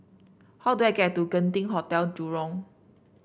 how do I get to Genting Hotel Jurong